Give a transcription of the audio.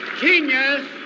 Genius